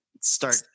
start